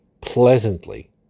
pleasantly